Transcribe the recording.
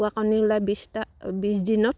কুকুৰা কণী ওলাই বিছটা বিছ দিনত